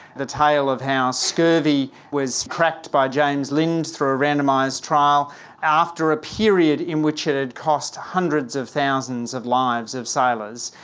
the tale of how scurvy was cracked by james lind through a randomised trial after a period in which it had cost hundreds of thousands of lives of sailors.